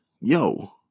yo